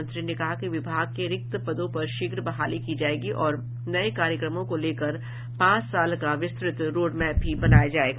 मंत्री ने कहा कि विभाग के रिक्त पदों पर शीघ्र बहाली की जायेगी और नये कार्यक्रमों को लेकर पांच साल का विस्तृत रोडमैप भी बनाया जायेगा